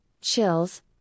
chills